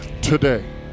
today